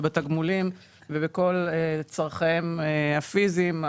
בתגמולים ובכל צורכיהם הפיזיים.